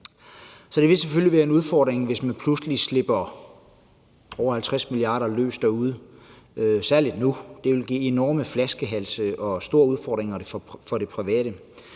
Så det vil selvfølgelig være en udfordring, hvis man pludselig slipper over 50 mia. kr. løs derude – særlig nu. Det vil give enorme flaskehalse og store udfordringer for det private.